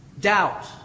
Doubt